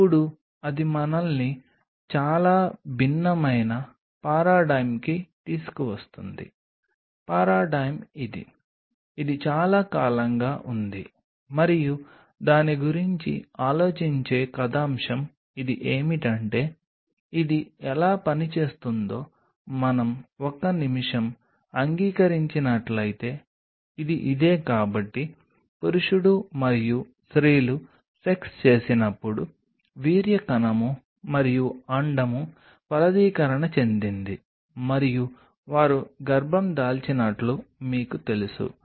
ఇప్పుడు అది మనల్ని చాలా భిన్నమైన పారడైమ్ కి తీసుకువస్తుంది పారడైమ్ ఇది ఇది చాలా కాలంగా ఉంది మరియు దాని గురించి ఆలోచించే కథాంశం ఇది ఏమిటంటే ఇది ఎలా పనిచేస్తుందో మనం ఒక్క నిమిషం అంగీకరించినట్లయితే ఇది ఇదే కాబట్టి పురుషుడు మరియు స్త్రీలు సెక్స్ చేసినప్పుడు వీర్యకణము మరియు అండం ఫలదీకరణం చెందింది మరియు వారు గర్భం దాల్చినట్లు మీకు తెలుసు